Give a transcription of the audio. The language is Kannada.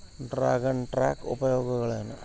ಡ್ರಾಗನ್ ಟ್ಯಾಂಕ್ ಉಪಯೋಗಗಳೇನು?